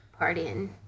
partying